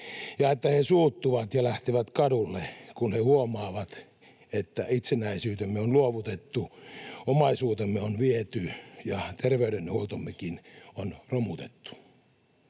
ja että he suuttuvat ja lähtevät kadulle, kun he huomaavat, että itsenäisyytemme on luovutettu, omaisuutemme on viety ja terveydenhuoltommekin on romutettu.